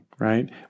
right